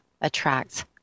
attracts